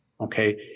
Okay